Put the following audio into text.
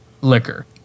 liquor